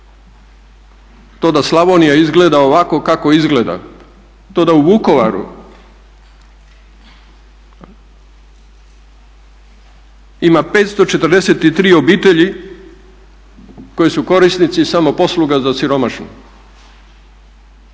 To da Slavonija izgleda ovako kako izgleda, to da u Vukovaru ima 543 obitelji koje su korisnici samoposluga za siromašne